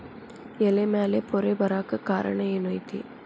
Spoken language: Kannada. ಎಲೆ ಮ್ಯಾಲ್ ಪೊರೆ ಬರಾಕ್ ಕಾರಣ ಏನು ಐತಿ?